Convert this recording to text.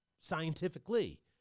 scientifically